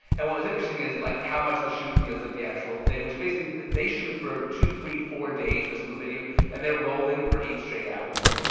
and what was interesting is like how much the shoot feels like the actual thing, which basically they shoot for two, three, four days for single video and they're rolling for eight straight hours.